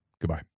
Goodbye